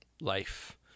life